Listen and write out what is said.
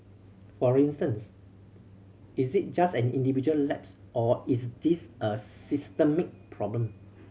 for instance is it just an individual lapse or is this a systemic problem